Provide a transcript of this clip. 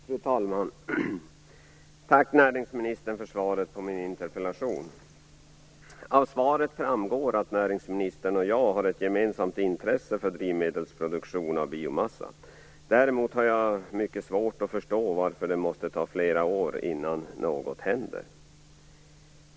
Fru talman! Tack näringsministern för svaret på min interpellation! Av svaret framgår att näringsministern och jag har ett gemensamt intresse för drivmedelsproduktion av biomassa. Däremot har jag mycket svårt att förstå varför det måste ta flera år innan något händer.